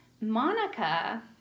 Monica